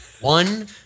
One